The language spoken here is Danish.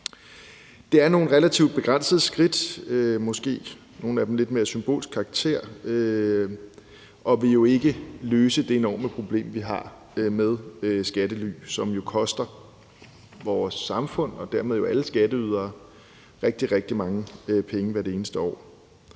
Det er nogle relativt begrænsede skridt. Måske har nogle af dem lidt mere symbolsk karakter og vil ikke løse det enorme problem, vi har med skattely, som koster vores samfund og dermed alle skatteydere rigtig, rigtig mange penge hvert eneste år.